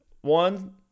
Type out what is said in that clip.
One